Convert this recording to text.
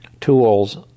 tools